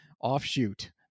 offshoot